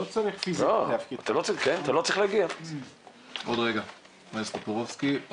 עוד רגע, חבר הכנסת טופורובסקי.